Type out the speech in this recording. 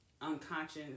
unconscious